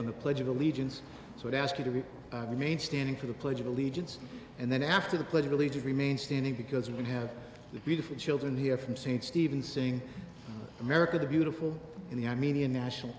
on the pledge of allegiance so i'd ask you to remain standing for the pledge of allegiance and then after the pledge of allegiance remain standing because we have the beautiful children here from st stephen singing america the beautiful and the armenian national